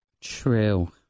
True